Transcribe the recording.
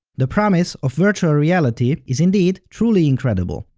the promise of virtual reality is indeed truly incredible.